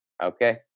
Okay